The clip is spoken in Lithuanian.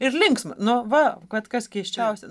ir linksma nu va vat kas keisčiausia